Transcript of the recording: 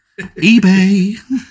eBay